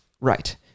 right